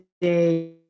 today